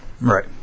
Right